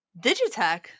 Digitech